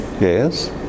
Yes